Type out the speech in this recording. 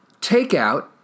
Takeout